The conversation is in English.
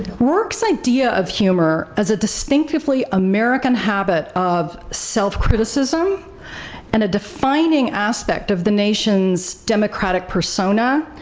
rourke's idea of humor as a distinctively american habit of self-criticism and a defining aspect of the nation's democratic persona,